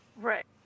Right